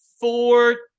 four